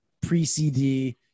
pre-CD